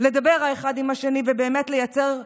לדבר אחד עם השני ובאמת לייצר שינוי,